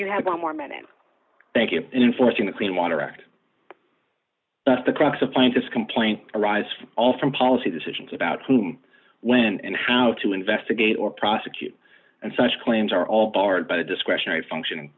you have one more minute thank you and enforcing the clean water act that's the crux of scientists complaint arise from all from policy decisions about whom when and how to investigate or prosecute and such claims are all barred by the discretionary function